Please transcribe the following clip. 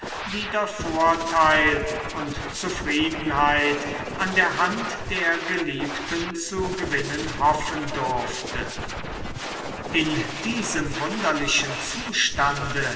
wieder vorteil und zufriedenheit an der hand der geliebten zu gewinnen hoffen durfte in diesem wunderlichen zustande